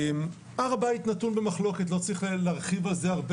הר הבית נתון במחלוקת, לא צריך להרחיב על זה הרבה.